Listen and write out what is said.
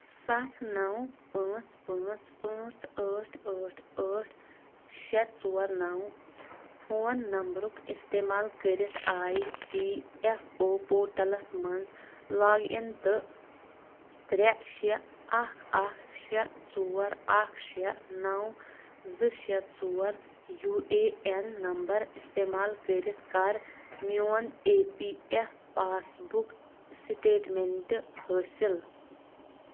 سَتھ نَو پانٛژھ پانٛژھ پانٛژھ ٲٹھ ٲٹھ ٲٹھ شےٚ ژور نَو فون نمبرُک اِستعمال کٔرِتھ E P F O portals مَنٛز لاگ اِن تہٕ ترٛےٚ شےٚ اکھ اکھ شےٚ ژور اکھ شےٚ نَو زٕ شےٚ ژور یوٗ اے اٮ۪ن نمبر اِستعمال کٔرِتھ کَر میون E P F passbook statement حٲصِل